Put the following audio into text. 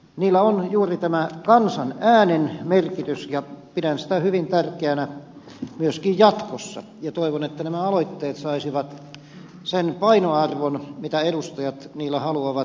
niillä on juuri tämä kansan äänen merkitys ja pidän sitä hyvin tärkeänä myöskin jatkossa ja toivon että nämä aloitteet saisivat sen painoarvon mitä edustajat niillä haluavat viestittää